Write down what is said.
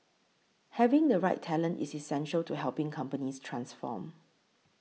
having the right talent is essential to helping companies transform